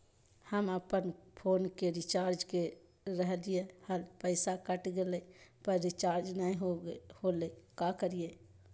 हम अपन फोन के रिचार्ज के रहलिय हल, पैसा कट गेलई, पर रिचार्ज नई होलई, का करियई?